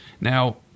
Now